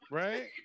right